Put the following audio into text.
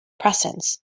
presence